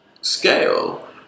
scale